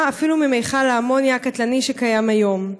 אפילו ממכל האמוניה הקטלני שקיים היום?